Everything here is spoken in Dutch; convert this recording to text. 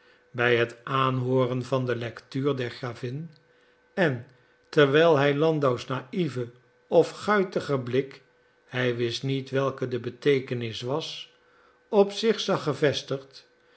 bij het aanhooren van de lectuur der gravin en terwijl hij landau's naïeven of guitigen blik hij wist niet welke de beteekenis was op zich zag gevestigd